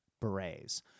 berets